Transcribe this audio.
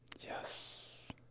Yes